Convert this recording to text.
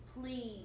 please